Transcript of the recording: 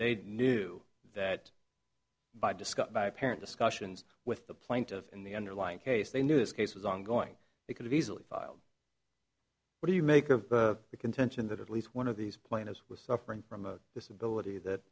they knew that by discussed by apparent discussions with the plaintiff in the underlying case they knew this case was ongoing they could have easily filed what do you make of the contention that at least one of these plaintiffs was suffering from a disability that